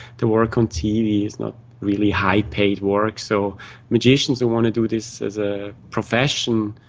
the work on tv is not really high-paid work, so magicians who want to do this as a profession,